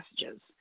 messages